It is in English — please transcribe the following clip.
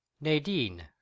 Nadine